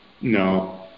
No